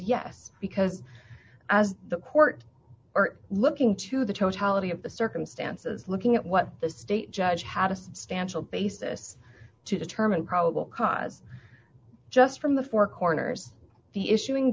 yes because the court are looking to the totality of the circumstances looking at what the state judge had a substantial basis to determine probable cause just from the four corners the issuing